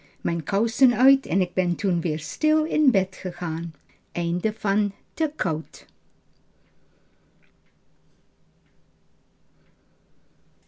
mijn kousen uit en k ben toen weer stil in bed gegaan